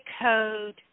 code